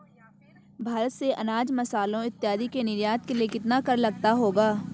भारत से अनाज, मसालों इत्यादि के निर्यात के लिए कितना कर लगता होगा?